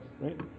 right